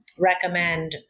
recommend